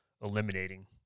eliminating